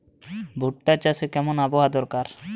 ভুট্টা চাষে কেমন আবহাওয়া দরকার?